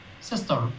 sister